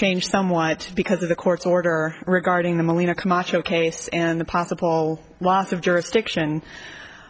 changed somewhat because of the court's order regarding the molina camacho case and the possible wots of jurisdiction